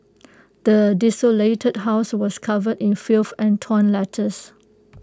the desolated house was covered in filth and torn letters